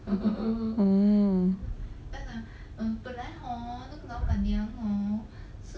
oh